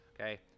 okay